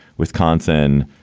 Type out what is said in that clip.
wisconsin,